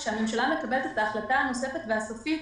כשהממשלה מקבלת את ההחלטה הנוספת והסופית,